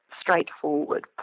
straightforward